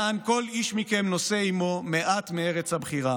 יען כל איש מכם נושא עימו מעט מארץ-הבחירה: